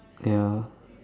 ya